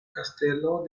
kastelo